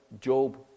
Job